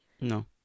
No